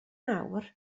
nawr